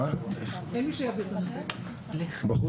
חמש